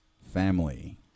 family